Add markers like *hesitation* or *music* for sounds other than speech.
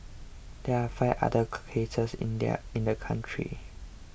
there are five other *hesitation* cases in there in the country